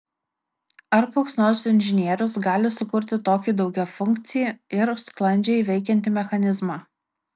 ar koks nors inžinierius gali sukurti tokį daugiafunkcį ir sklandžiai veikiantį mechanizmą